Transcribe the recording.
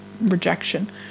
rejection